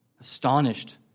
astonished